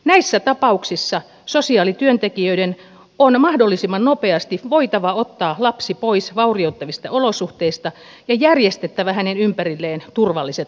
näissä tapauksissa sosiaalityöntekijöiden on mahdollisimman nopeasti voitava ottaa lapsi pois vaurioittavista olosuhteista ja järjestettävä hänen ympärilleen turvalliset aikuiset